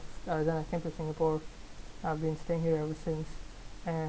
then I came to singapore I've been staying here ever since and